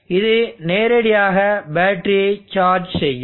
இது நேரடியாக பேட்டரியை சார்ஜ் செய்யும்